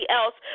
else